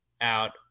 out